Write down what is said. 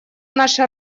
наша